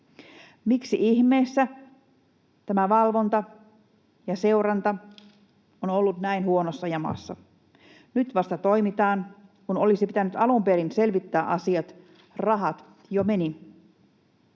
Miksi ihmeessä tämä valvonta ja seuranta on ollut näin huonossa jamassa? Nyt vasta toimitaan, kun olisi pitänyt alun perin selvittää asiat. Rahat jo menivät.